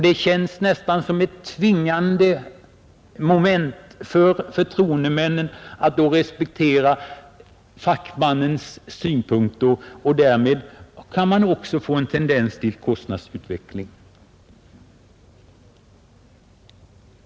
Det känns då nästan som ett tvingande moment för förtroendemännen att respektera fackmännens synpunkter, och därmed får vi en tendens till kostnadsstegringar.